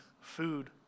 food